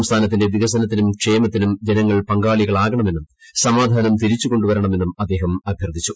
സംസ്ഥാനത്തിന്റെ നടപടി വികസനത്തിനും ക്ഷേമത്തിനും ജനങ്ങൾ പങ്കാളികളാകണമെന്നും സമാധാനം തിരിച്ചു കൊണ്ടു വരണമെന്നും അദ്ദേഹം അഭ്യർത്ഥിച്ചു